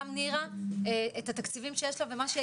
גם נירה את התקציבים שיש לה ומה שהיא